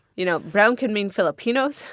you know, brown can mean filipinos.